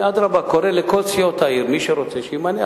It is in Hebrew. אדרבה, אני קורא לכל סיעות העיר, מי שרוצה, שימנה.